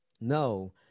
No